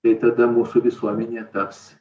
tai tada mūsų visuomenė taps